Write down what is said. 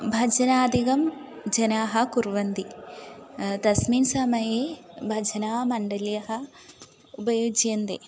भजनादिकं जनाः कुर्वन्ति तस्मिन् समये भजनमण्डलीम् उपयुज्यन्ते